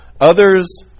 Others